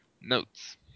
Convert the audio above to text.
Notes